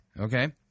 Okay